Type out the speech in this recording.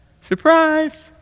Surprise